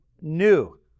new